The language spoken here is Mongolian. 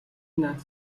наад